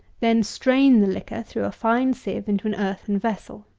then strain the liquor through a fine sieve into an earthen vessel.